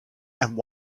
and